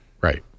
Right